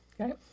Okay